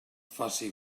faci